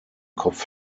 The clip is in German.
kopf